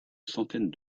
centaine